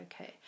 okay